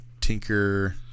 Tinker